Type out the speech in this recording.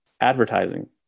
advertising